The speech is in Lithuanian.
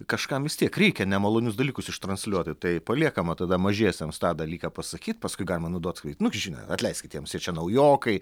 kažkam vis tiek reikia nemalonius dalykus ištransliuoti tai paliekama tada mažiesiems tą dalyką pasakyt paskui galima nuduot nu gi žinot atleiskit jiems jie čia naujokai